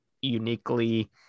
uniquely